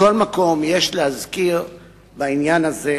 מכל מקום, יש להזכיר בעניין הזה